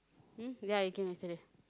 hmm ya he came yesterday